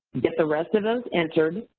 get the rest of those entered,